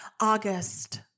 August